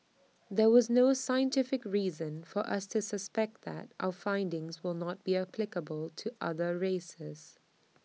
there was no scientific reason for us to suspect that our findings will not be applicable to other races